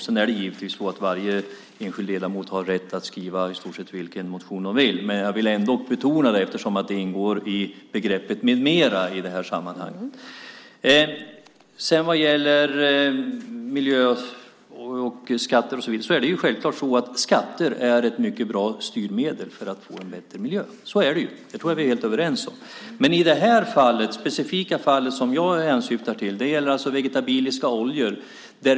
Det är givetvis så att alla enskilda ledamöter har rätt att skriva i stort sett vilka motioner de vill, men jag vill ändå betona det eftersom det ingår i begreppet "med mera" i det här sammanhanget. Skatter är självklart ett mycket bra styrmedel för att få en bättre miljö. Så är det. Det tror jag att vi är helt överens om. Men det specifika fall som jag hänsyftar på gäller vegetabiliska oljor.